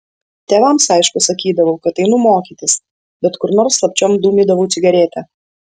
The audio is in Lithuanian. tėvams aišku sakydavau kad einu mokytis bet kur nors slapčiom dūmydavau cigaretę